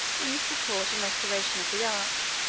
in the support and restoration of the arts,